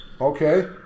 Okay